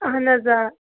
اہن حظ آ